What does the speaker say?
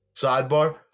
sidebar